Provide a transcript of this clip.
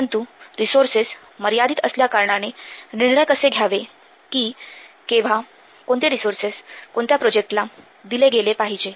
परंतू रिसोर्सेस मर्यादित असल्याकारणाने निर्णय कसे घ्यावे कि केव्हा कोणते रिसोर्स कोणत्या प्रोजेक्टला दिले गेले पाहिजे